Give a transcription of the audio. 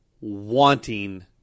wanting